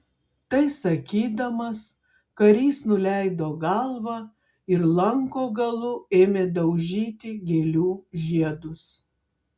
tai sakydamas karys nuleido galvą ir lanko galu ėmė daužyti gėlių žiedus